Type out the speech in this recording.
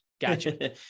Gotcha